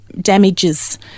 damages